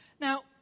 Now